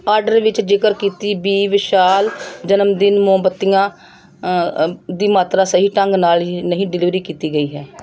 order ਵਿੱਚ ਜ਼ਿਕਰ ਕੀਤੀ ਬੀ ਵਿਸ਼ਾਲ ਜਨਮਦਿਨ ਮੋਮਬੱਤੀਆਂ ਦੀ ਮਾਤਰਾ ਸਹੀ ਢੰਗ ਨਾਲ ਹੀ ਨਹੀਂ ਡਿਲੀਵਰੀ ਕੀਤੀ ਗਈ ਹੈ